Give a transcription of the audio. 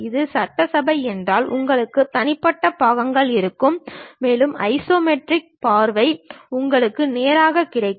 இது சட்டசபை என்றால் உங்களுக்கு தனிப்பட்ட பாகங்கள் இருக்கும் மேலும் ஐசோமெட்ரிக் பார்வை உங்களுக்கு நேராக கிடைக்கும்